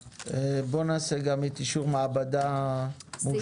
בואו נעשה גם את אישרו מעבדה מאושרת,